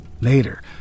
Later